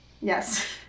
Yes